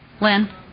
Lynn